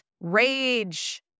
rage